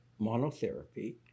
monotherapy